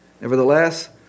Nevertheless